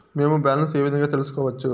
మేము బ్యాలెన్స్ ఏ విధంగా తెలుసుకోవచ్చు?